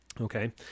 Okay